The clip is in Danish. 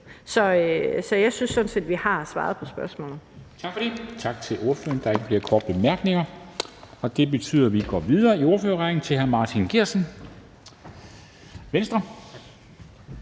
Så jeg synes sådan set, at vi har svaret på spørgsmålet. Kl. 13:59 Formanden (Henrik Dam Kristensen): Tak til ordføreren. Der er ikke flere korte bemærkninger. Og det betyder, at vi går videre i ordførerrækken til hr. Martin Geertsen, Venstre.